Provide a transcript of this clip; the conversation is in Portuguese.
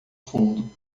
fundo